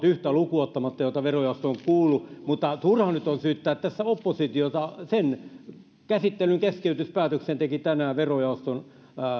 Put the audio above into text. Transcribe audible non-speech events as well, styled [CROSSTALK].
[UNINTELLIGIBLE] yhtä lukuun ottamatta kaikki asiantuntijatahot joita verojaosto on kuullut mutta turha tässä nyt on syyttää oppositiota käsittelyn keskeytyspäätöksen tekivät tänään verojaoston